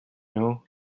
know